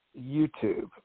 YouTube